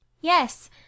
Yes